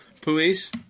Police